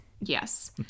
Yes